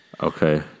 Okay